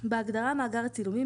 "מאגר הצילומים",